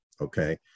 Okay